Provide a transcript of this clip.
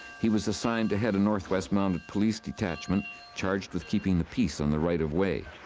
he was assigned to head a north west mounted police detachment charged with keeping the peace on the right-of-way.